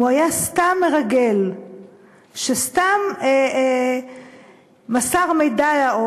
אם הוא היה סתם מרגל שסתם מסר מידע,